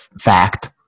fact